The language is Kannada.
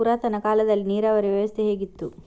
ಪುರಾತನ ಕಾಲದಲ್ಲಿ ನೀರಾವರಿ ವ್ಯವಸ್ಥೆ ಹೇಗಿತ್ತು?